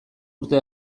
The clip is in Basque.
urte